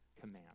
command